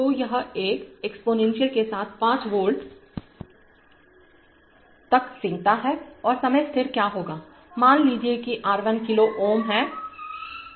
तो यह एक एक्स्पोनेंशियलके साथ 5 वोल्ट तक रेंगता है और समय स्थिर क्या होगा मान लीजिए कि R 1 किलो ओम1 kilo Ω है